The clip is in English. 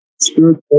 spiritual